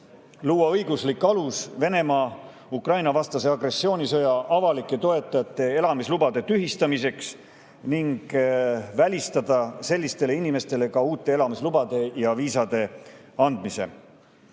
luua õiguslik alus Venemaa Ukraina-vastase agressioonisõja avalike toetajate elamislubade tühistamiseks ning välistada sellistele inimestele ka uute elamislubade ja viisade andmine.